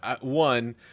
one